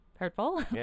Hurtful